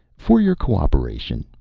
for your cooperation,